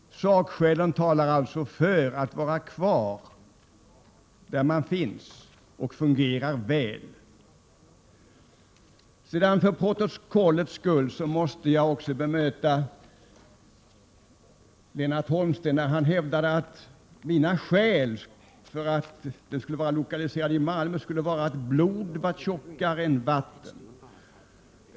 Sakskälen talar alltså för att myndigheten skall vara kvar där den finns och fungerar väl. För protokollets skull måste jag också bemöta Lennart Holmsten, som hävdade att mina skäl för lokalisering till Malmö skulle vara att blod är tjockare än vatten.